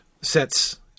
sets